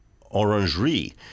Orangerie